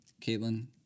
Caitlin